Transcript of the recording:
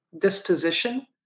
disposition